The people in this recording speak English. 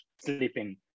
sleeping